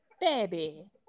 Baby